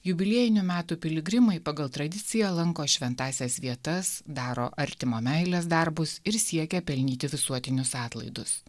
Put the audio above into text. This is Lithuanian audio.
jubiliejinių metų piligrimai pagal tradiciją lanko šventąsias vietas daro artimo meilės darbus ir siekia pelnyti visuotinius atlaidus